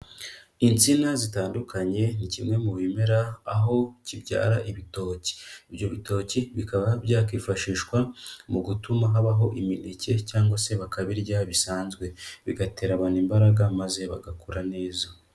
Insina zitandukanye ni kimwe mu bimera aho kibyara ibitoki. Ibyo bitoki bikaba byakifashishwa mu gutuma habaho imineke cyangwa se bakabirya bisanzwe. Bigatera abantu imbaraga maze bagakura neza.